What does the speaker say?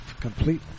complete